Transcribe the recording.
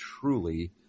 truly